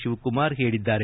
ಶಿವಕುಮಾರ್ ಹೇಳಿದ್ದಾರೆ